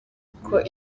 kuko